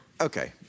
Okay